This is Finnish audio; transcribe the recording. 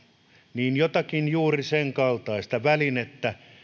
niin jotakin juuri sen kaltaista välinettä